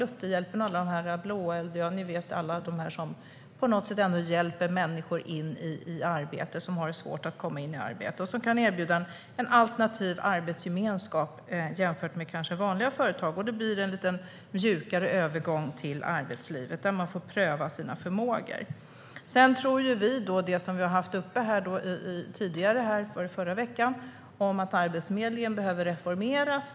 Det är till exempel Lutherhjälpen och Blåeld, och de hjälper människor som har svårt att komma in i arbete. De kan erbjuda en alternativ arbetsgemenskap jämfört med vanliga företag, och det blir en lite mjukare övergång till arbetslivet där människor får pröva sina förmågor. Vi tror också - vilket vi har tagit upp tidigare - att Arbetsförmedlingen behöver reformeras.